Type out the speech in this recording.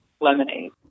lemonade